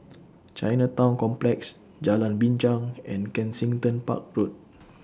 Chinatown Complex Jalan Binchang and Kensington Park Road